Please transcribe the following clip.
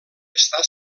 està